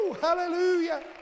Hallelujah